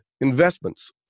investments